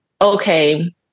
okay